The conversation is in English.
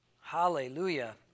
Hallelujah